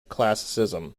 classicism